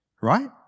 right